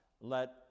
Let